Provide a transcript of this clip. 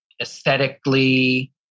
aesthetically